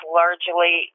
largely